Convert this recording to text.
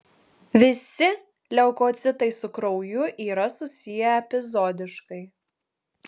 visi leukocitai su krauju yra susiję epizodiškai